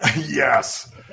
Yes